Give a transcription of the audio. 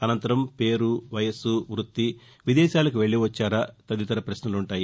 అనంతరం పేరు వయస్సు వృత్తి విదేశాలకు వెళ్లి వచ్చారా తదితర పశ్వలుంటాయి